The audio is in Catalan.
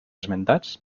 esmentats